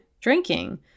drinking